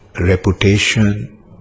reputation